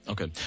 Okay